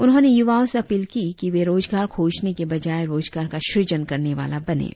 उन्होंने युवाओं से अपील की कि वे रोजगार खोजने के बजाय रोजगार का सुजन करने वाला बनें